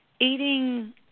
eating